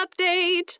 update